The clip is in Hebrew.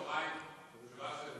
דקות.